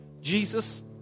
Jesus